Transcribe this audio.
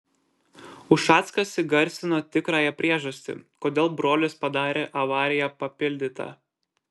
ušackas įgarsino tikrąją priežastį kodėl brolis padarė avariją papildyta